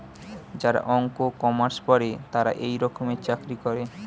যারা অঙ্ক, কমার্স পরে তারা এই রকমের চাকরি করে